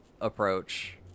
approach